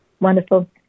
wonderful